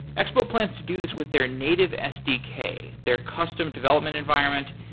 expo plans to do this with their native sdk, their custom development environment,